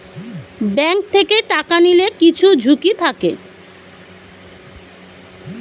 bank থেকে টাকা নিলে কিছু ঝুঁকি থাকে